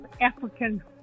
African